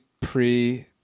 pre